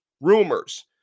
rumors